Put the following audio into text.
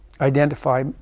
identify